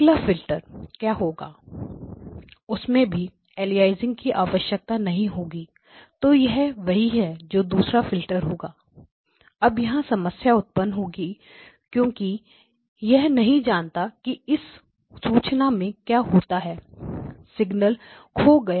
अगला फिल्टर क्या होगा उसमें भी अलियासिंग की आवश्यकता नहीं होगी तो यह वही है जो दूसरा फिल्टर होगा अब यहां समस्याएं उत्पन्न होगी क्योंकि मैं यह नहीं जानता कि इस सूचना में क्या होता है सिग्नल खो गया है